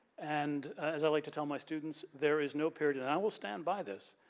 and as i like to tell my students, there is no period, and i will stand by this,